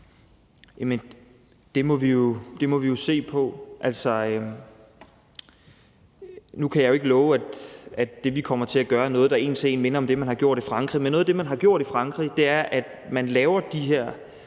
(S): Det må vi jo se på. Nu kan jeg ikke love, at det, vi kommer til at gøre, er noget, der en til en minder om det, man har gjort i Frankrig, men noget af det, man gør i Frankrig, er, at man laver de her